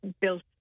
built